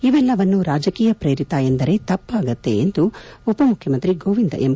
ಇವೆಲ್ಲವನ್ನೂ ರಾಜಕೀಯ ಪ್ರೇರಿತ ಎಂದರೆ ತಪ್ಪಾಗುತ್ತೆ ಎಂದು ಉಪ ಮುಖ್ಯಮಂತ್ರಿ ಗೋವಿಂದ ಎಂ